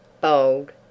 bold